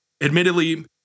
admittedly